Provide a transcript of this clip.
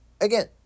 Again